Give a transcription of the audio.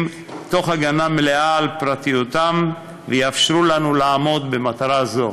תוך הגנה מלאה על פרטיותם ויאפשרו לנו לעמוד במטרה זו.